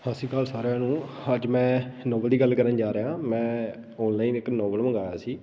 ਸਤਿ ਸ਼੍ਰੀ ਅਕਾਲ ਸਾਰਿਆਂ ਨੂੰ ਅੱਜ ਮੈਂ ਨੋਵਲ ਦੀ ਗੱਲ ਕਰਨ ਜਾ ਰਿਹਾ ਹਾਂ ਮੈਂ ਔਨਲਾਈਨ ਇੱਕ ਨੋਵਲ ਮੰਗਵਾਇਆ ਸੀ